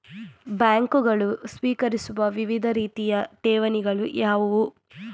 ಬ್ಯಾಂಕುಗಳು ಸ್ವೀಕರಿಸುವ ವಿವಿಧ ರೀತಿಯ ಠೇವಣಿಗಳು ಯಾವುವು?